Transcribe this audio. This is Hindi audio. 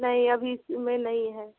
नहीं अभी इस समय नहीं है